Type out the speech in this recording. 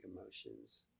emotions